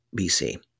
BC